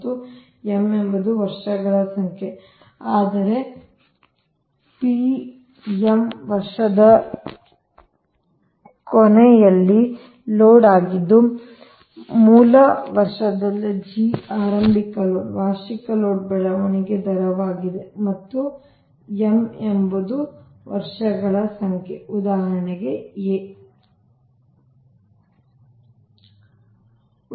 ಮತ್ತು m ಎಂಬುದು ವರ್ಷಗಳ ಸಂಖ್ಯೆ ಅಂದರೆ ವರ್ಷದ ಕೊನೆಯಲ್ಲಿ ಲೋಡ್ ಆಗಿದ್ದು ಮೂಲ ವರ್ಷದಲ್ಲಿ g ಆರಂಭಿಕ ಲೋಡ್ ವಾರ್ಷಿಕ ಲೋಡ್ ಬೆಳವಣಿಗೆ ದರವಾಗಿದೆ ಮತ್ತು m ಎಂಬುದು ವರ್ಷಗಳ ಸಂಖ್ಯೆ ಉದಾಹರಣೆಗೆ a